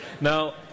now